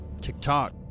TikTok